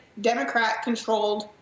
Democrat-controlled